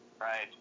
right